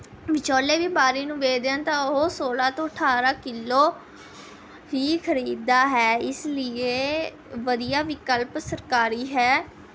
ਵਿਚੋਲੇ ਵਪਾਰੀ ਨੂੰ ਵੇਚਦੇ ਹਨ ਤਾਂ ਉਹ ਸੋਲਾਂ ਤੋਂ ਅਠਾਰਾਂ ਕਿੱਲੋ ਹੀ ਖਰੀਦ ਦਾ ਹੈ ਇਸ ਲਈ ਵਧੀਆ ਵਿਕਲਪ ਸਰਕਾਰੀ ਹੈ